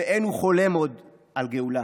ואין הוא חולם עוד על גאולה.